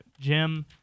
Jim